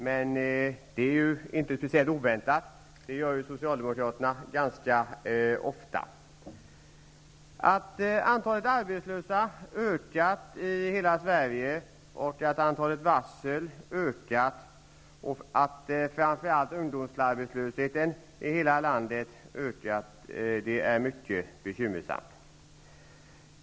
Men detta är inte speciellt oväntat. Socialdemokraterna vill ju ganska ofta att det skall anslås mera pengar. Att antalet arbetslösa har ökat i hela Sverige, att antalet varsel har ökat och att framför allt arbetslösheten bland unga har ökat i hela landet är mycket bekymmersamt.